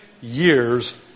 years